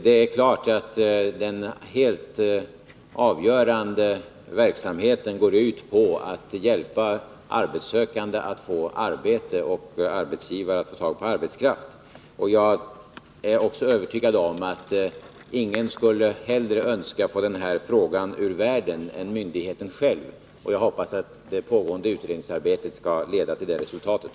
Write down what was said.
Det är klart att den helt avgörande verksamheten går ut på att hjälpa arbetssökande att få arbete och arbetsgivare att få tag på arbetskraft. Jag är också övertygad om att ingen skulle högre önska att få den här frågan ur världen än myndigheten själv. Jag hoppas att det pågående utredningsarbetet skall leda till det resultatet.